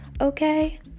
Okay